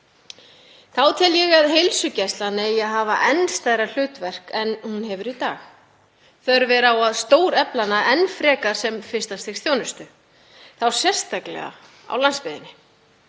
Þá tel ég að heilsugæslan eigi að hafa enn stærra hlutverk en hún hefur í dag. Þörf er á að stórefla hana enn frekar sem fyrsta stigs þjónustu, þá sérstaklega á landsbyggðinni.